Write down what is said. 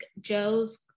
Joe's